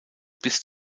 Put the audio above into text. bis